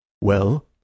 Well